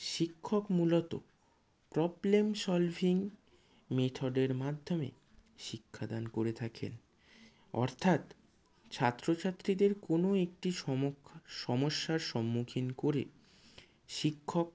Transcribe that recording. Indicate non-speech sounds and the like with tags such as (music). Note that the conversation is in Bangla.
শিক্ষক মূলত প্রবলেম সলভিং মেথডের মাধ্যমে শিক্ষাদান করে থাকেন অর্থাৎ ছাত্র ছাত্রীদের কোনো একটি (unintelligible) সমস্যার সম্মুখীন করে শিক্ষক